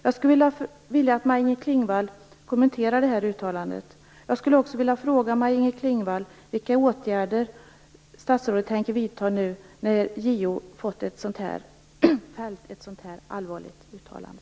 Jag skulle vilja att Maj-Inger Klingvall kommenterade det här uttalandet. Jag skulle också vilja fråga Maj-Inger Klingvall vilka åtgärder statsrådet tänker vidta nu när JO har fällt ett så allvarligt uttalande.